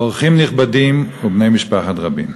אורחים נכבדים ובני משפחת רבין,